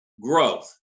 growth